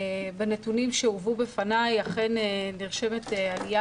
בנתונים שהובאו בפניי אכן נרשמת עלייה